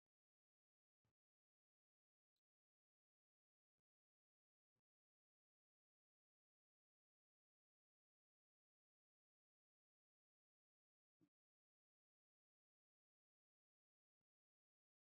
Mwanamke amebeba mtoto amesimama juu ya mti. Mwanaume amevaa koti nyeusi amesimama chini ya mti. Watu wanne wanakimbia mbele ya gari nyekundu.